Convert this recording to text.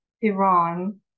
Iran